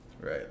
Right